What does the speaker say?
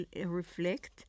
reflect